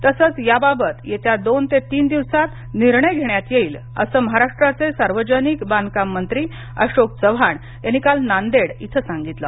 तसंच याबाबत येत्या दोन ते तीन दिवसात निर्णय घेण्यात येईल असं महाराष्ट्राचे सार्वजनिक बांधकाम मंत्री अशोक चव्हाण यांनी काल नांदेड इथं सांगितलं